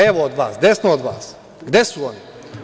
Levo od vas, desno od vas, gde su oni?